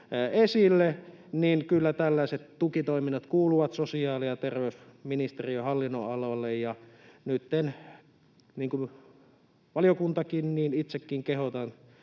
esille, niin kyllä tällaiset tukitoiminnot kuuluvat sosiaali‑ ja terveysministeriön hallinnonalalle. Ja nyt, niin kuin valiokuntakin, itsekin kehotan